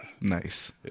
Nice